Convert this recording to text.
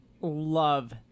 love